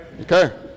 okay